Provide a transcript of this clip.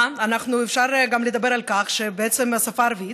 אפשר גם לדבר על כך שבעצם השפה הערבית